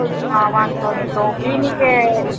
હા વાંધો નહીં તો ક્લિનીકે